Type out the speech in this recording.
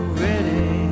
ready